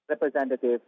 Representative